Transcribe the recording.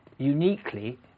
Uniquely